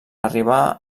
arribar